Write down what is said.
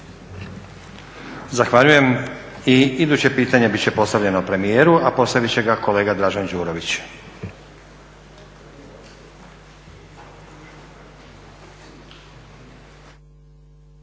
Zahvaljujem. I iduće pitanje bit će postavljeno premijeru, a postavit će ga kolega Dražen Đurović.